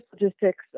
logistics